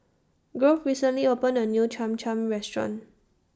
Grove recently opened A New Cham Cham Restaurant